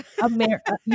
America